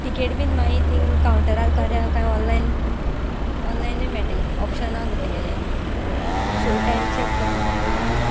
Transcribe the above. ticket बीन मागीर तींग कवंटरार काड्या कां ऑनलायन ऑनलायनूय मेळटा ऑप्शना तेगेले शो टायम चॅक करपा पडटलो पूण